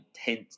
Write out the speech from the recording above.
hint